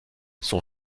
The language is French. son